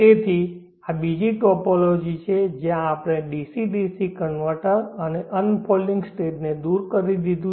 તેથી આ બીજી ટોપોલોજી છે જ્યાં આપણે ડીસી ડીસી કન્વર્ટર અને અનફોલ્ડિંગ સ્ટેજ ને દૂર કરી દીધું છે